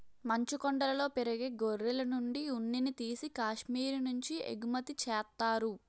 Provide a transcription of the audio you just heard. మంచుకొండలలో పెరిగే గొర్రెలనుండి ఉన్నిని తీసి కాశ్మీరు నుంచి ఎగుమతి చేత్తారు